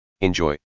Enjoy